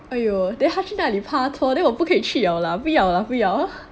!aiyo! then 他去哪里帕托 then 我不可以去 [liao] lah 不要 lah 不要